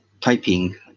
typing